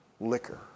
liquor